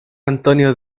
antonio